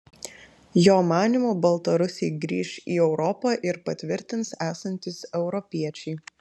jo manymu baltarusiai grįš į europą ir patvirtins esantys europiečiai